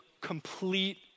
complete